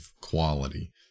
quality